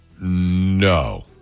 No